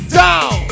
down